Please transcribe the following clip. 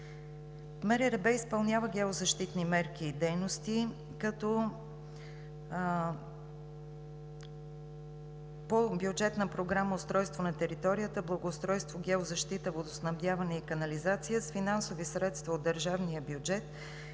МРРБ изпълнява геозащитни мерки и дейности като по бюджетната програма „Устройство на територията, благоустройство, геозащита, водоснабдяване и канализация“ – с финансови средства от държавния бюджет,